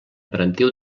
parentiu